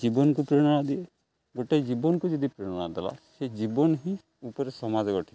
ଜୀବନକୁ ପ୍ରେରଣା ଦିଏ ଗୋଟେ ଜୀବନକୁ ଯଦି ପ୍ରେରଣା ଦେଲା ସେ ଜୀବନ ହିଁ ଉପରେ ସମାଜ ଗଢ଼େ